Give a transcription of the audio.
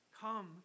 come